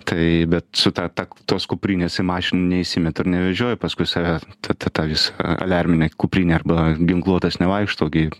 tai bet su ta ta tos kuprinės į mašiną neįsimetu ir nevežioju paskui save tą tą tą visą aliarminę kuprinę arba ginkluotas nevaikštau gi